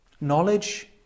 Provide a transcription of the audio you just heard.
Knowledge